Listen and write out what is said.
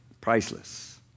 priceless